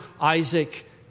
Isaac